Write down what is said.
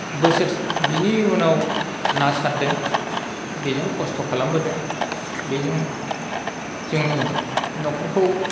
बोसोर बिनि उनाव ना सारदों बेजों खस्त' खालामबोदों बेजों जोङो न'खरखौ